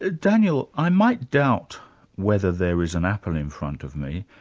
ah daniel, i might doubt whether there is an apple in front of me,